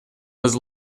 was